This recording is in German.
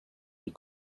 die